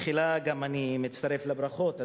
בתחילה גם אני מצטרף לברכות,